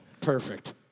Perfect